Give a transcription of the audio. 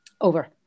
Over